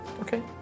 Okay